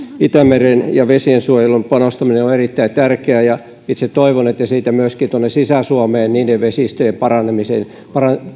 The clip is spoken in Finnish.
itämereen ja vesiensuojeluun panostaminen on erittäin tärkeää ja itse toivon että siitä myöskin tuonne sisä suomen vesistöjen